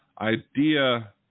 idea